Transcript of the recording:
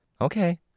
Okay